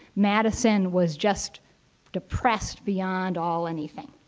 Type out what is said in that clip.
madison was just depressed beyond all anything.